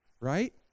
right